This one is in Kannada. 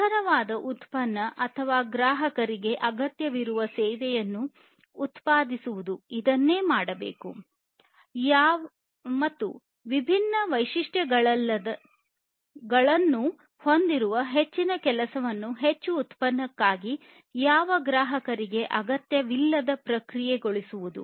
ನಿಖರವಾದ ಉತ್ಪನ್ನ ಅಥವಾ ಗ್ರಾಹಕರಿಗೆ ಅಗತ್ಯವಿರುವ ಸೇವೆಯನ್ನು ಉತ್ಪಾದಿಸುವುದು ಇದನ್ನೇ ಮಾಡಬೇಕು